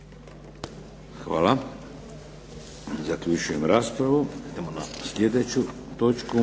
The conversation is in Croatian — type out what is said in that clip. Hvala. Zaključujem raspravu.